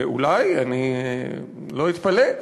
אולי, אני לא אתפלא.